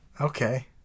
Okay